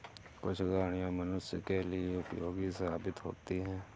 कुछ गाड़ियां मनुष्यों के लिए उपयोगी साबित होती हैं